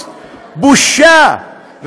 בושה.